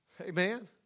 Amen